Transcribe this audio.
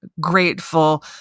grateful